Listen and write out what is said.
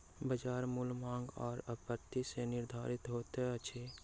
बजार मूल्य मांग आ आपूर्ति सॅ निर्धारित होइत अछि